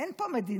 אין פה מדינה?